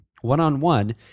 one-on-one